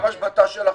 גם השבתה של החינוך,